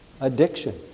addiction